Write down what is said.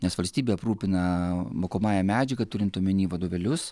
nes valstybė aprūpina mokomąja medžiaga turint omeny vadovėlius